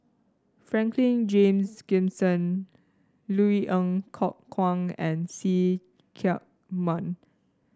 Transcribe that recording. Franklin Charles Gimson Loui Ng Kok Kwang and See Chak Mun